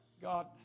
God